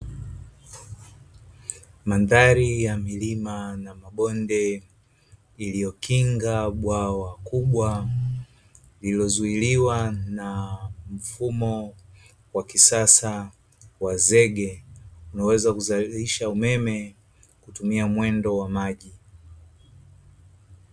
Mandhari ya milima na mabonde iliyokinga bwawa kubwa lililozuiliwa na mfumo wa kisasa wa zege unaoweza kuzalisha umeme kwa kutumia mwendo wa maji.